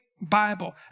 Bible